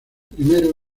primero